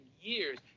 years